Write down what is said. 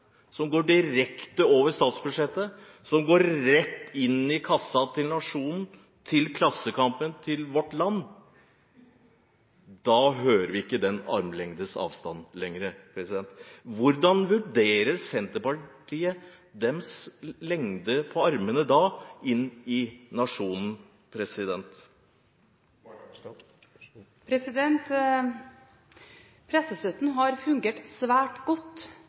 som går direkte over statsbudsjettet, som går rett inn i kassen til Nationen, til Klassekampen, til Vårt Land, da hører vi ikke om den armlengdes avstanden lenger. Hvordan vurderer Senterpartiet sin lengde på armene inn i Nationen? Pressestøtten har fungert svært godt,